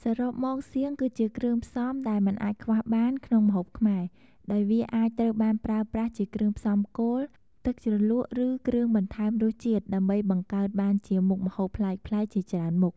សរុបមក សៀងគឺជាគ្រឿងផ្សំដែលមិនអាចខ្វះបានក្នុងម្ហូបខ្មែរ ដោយវាអាចត្រូវបានប្រើប្រាស់ជាគ្រឿងផ្សំគោល ទឹកជ្រលក់ ឬគ្រឿងបន្ថែមរសជាតិ ដើម្បីបង្កើតបានជាមុខម្ហូបប្លែកៗជាច្រើនមុខ។